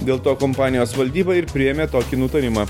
dėl to kompanijos valdyba ir priėmė tokį nutarimą